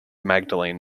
magdalene